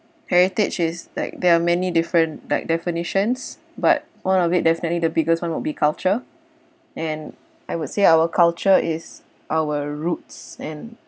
heritage is like there are many different like definitions but one of it definitely the biggest [one] would be culture and I would say our culture is our roots and